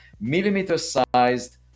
millimeter-sized